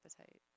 appetite